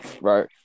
Right